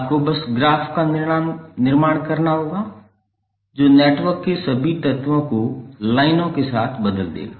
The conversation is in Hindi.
आपको बस ग्राफ़ का निर्माण करना होगा जो नेटवर्क के सभी तत्वों को लाइनों के साथ बदल देगा